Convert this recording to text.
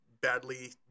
badly